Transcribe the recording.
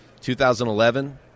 2011